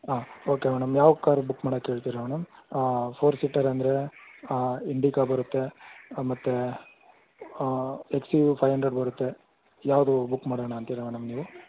ಹಾಂ okay madam ಯಾವ car book ಮಾಡಕ್ಕೆ ಹೇಳ್ತೀರಾ ಮೇಡಮ್ ಫೋರ್ ಸೀಟರ್ ಅಂದರೆ ಇಂಡಿಕಾ ಬರುತ್ತೆ ಮತ್ತು X U V five hundred ಬರುತ್ತೆ ಯಾವುದು ಬುಕ್ ಮಾಡೋಣ ಅಂತೀರಾ ಮೇಡಮ್ ನೀವು